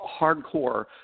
hardcore